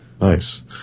Nice